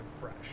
fresh